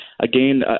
again